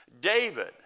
David